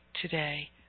today